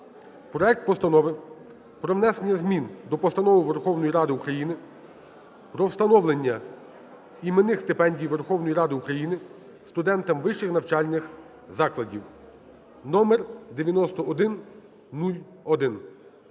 проект Постанови про внесення змін до Постанови Верховної Ради України "Про встановлення іменних стипендій Верховної Ради України студентам вищих навчальних закладів" (номер 9101).